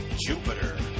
Jupiter